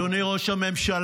אדוני ראש הממשלה,